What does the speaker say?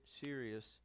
serious